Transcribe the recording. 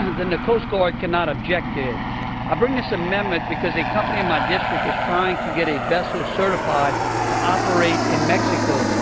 then the coast guard cannot object. i bring this amendment because a company in my district is trying to get a vessel certified to operate in mexico,